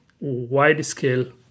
wide-scale